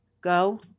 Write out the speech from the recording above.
go